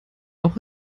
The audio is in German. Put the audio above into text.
auch